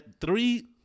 three